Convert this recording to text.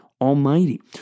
Almighty